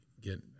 get